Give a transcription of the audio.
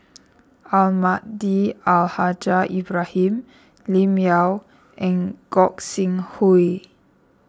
Almahdi Al Haj Ibrahim Lim Yau and Gog Sing Hooi